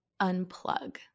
unplug